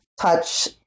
Touch